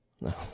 No